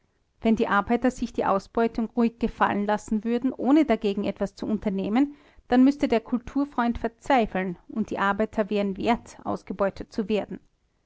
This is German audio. wenn die arbeiter sich die ausbeutung ruhig gefallen lassen würden ohne dagegen etwas zu unternehmen dann müßte der kulturfreund verzweifeln und die arbeiter wären wert ausgebeutet zu werden